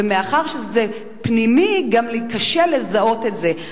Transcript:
ומאחר שזה פנימי, גם קשה לזהות את זה.